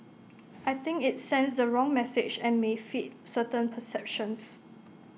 I think IT sends the wrong message and may feed certain perceptions